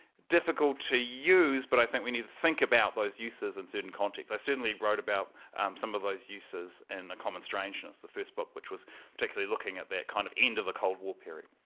difficult to use, but i think we need to think about those uses in certain contexts. i certainly wrote about some of those uses in a common strangeness, the first book which was particularly looking at that kind of end of the cold war period.